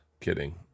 Kidding